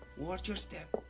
watch your step.